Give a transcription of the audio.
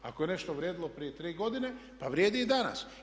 Ako je nešto vrijedilo prije tri godine, pa vrijedi i danas.